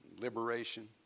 liberation